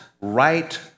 right